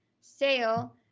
sale